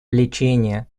лечение